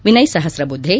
Vinay Sahasrabuddhe